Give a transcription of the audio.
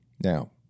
Now